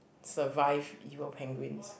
survive evil penguins